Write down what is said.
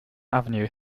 avenue